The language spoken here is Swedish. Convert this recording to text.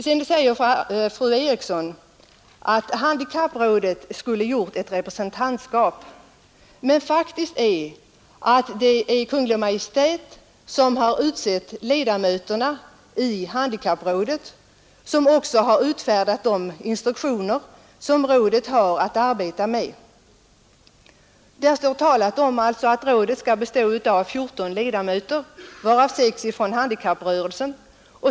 Sedan säger fru Eriksson att handikapprådet skulle ha inrättat ett representantskap, men faktum är att det är Kungl. Maj:t som har utsett ledamöterna i handikapprådet, som också har utfärdat de instruktioner rådet har att arbeta efter. Rådet består av 14 ledamöter, varav 6 ifrån handikapprörelsen.